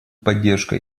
поддержка